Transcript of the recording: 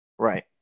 Right